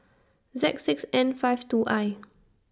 Z six N five two I